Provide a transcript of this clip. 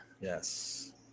Yes